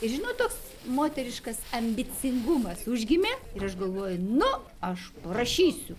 ir žinot toks moteriškas ambicingumas užgimė ir aš galvoju nu aš parašysiu